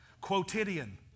Quotidian